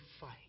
fight